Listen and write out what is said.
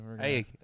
Hey